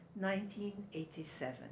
1987